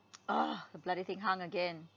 ah the bloody thing hung again